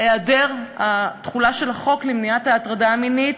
היעדר תחולת החוק למניעת הטרדה מינית,